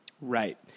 Right